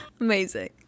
Amazing